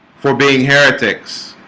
for being heretics